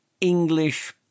English